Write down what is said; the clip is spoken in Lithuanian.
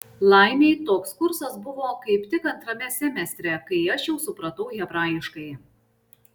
laimei toks kursas buvo kaip tik antrame semestre kai aš jau supratau hebrajiškai